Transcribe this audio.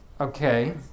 Okay